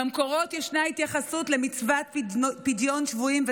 במקורות ישנה התייחסות למצוות פדיון שבויים,